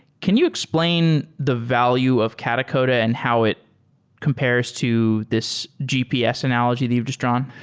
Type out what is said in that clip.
can you explain the value of katacoda and how it compares to this gps analogy that you've just drawn?